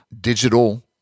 Digital